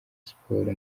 siporo